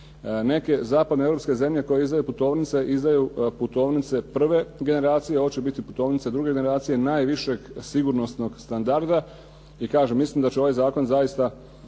Neke zapadnoeuropske zemlje koje izdaju putovnice izdaju putovnice prve generacija, ovo će biti putovnica druge generacije najvišeg sigurnosnog standarda. I kažem mislim da će ovaj zakon zaista